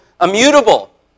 immutable